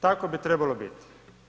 Tako bi trebalo biti.